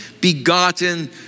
begotten